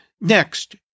Next